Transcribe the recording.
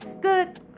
good